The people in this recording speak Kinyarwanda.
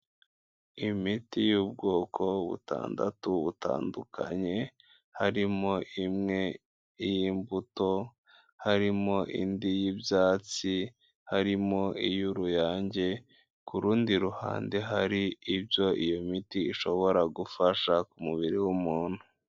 Imiti y'ubwoko butandatu butandukanye, harimo imwe y'imbuto, harimo indi y'ibyatsi, harimo iy'uruyange, ku rundi ruhande hari ibyo iyo miti ishobora gufasha ku mubiri w'umuntu.